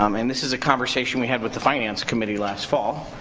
um and this is a conversation we had with the finance committee last fall.